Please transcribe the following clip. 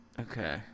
Okay